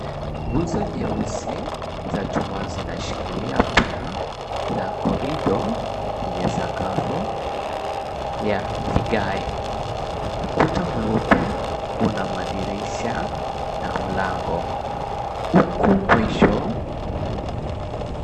Nguzo nyeusi za chuma zinashikilia paa la corridor yenye sakafu ya vigae. Ukuta mweupe una madirisha na mlango huku mwisho.